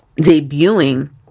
debuting